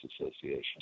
association